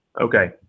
Okay